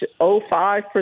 .05%